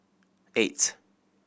eight